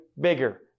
bigger